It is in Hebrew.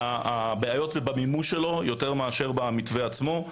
והבעיות הן במימוש שלו יותר מאשר במתווה עצמו.